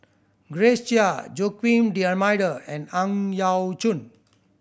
Grace Chia Joaquim D'Almeida and Ang Yau Choon